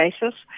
basis